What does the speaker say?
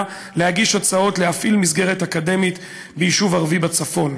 להגיש הצעות להפעיל מסגרת אקדמית ביישוב ערבי בצפון.